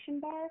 bar